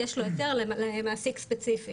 יש לו היתר למעסיק ספציפי.